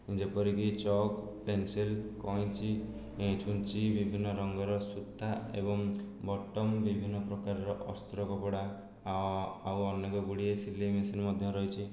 ଯେପରିକି chalk pencil କଇଁଚି ଏ ଛୁଞ୍ଚି ବିଭିନ୍ନ ରଙ୍ଗର ସୂତା ଏବଂ ବଟମ୍ ବିଭିନ୍ନ ପକାରର ଅସ୍ତ୍ର କପଡ଼ା ଆଉ ଅନେକଗୁଡ଼ିଏ ସିଲେଇ ମେସିନ୍ ମଧ୍ୟ ରହିଛି